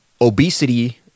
obesity